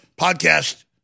podcast